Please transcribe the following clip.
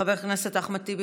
חבר הכנסת אחמד טיבי,